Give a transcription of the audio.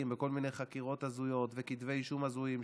וכל מיני חקירות הזויות וכתבי אישום הזויים,